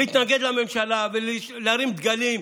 להתנגד לממשלה ולהרים דגלים.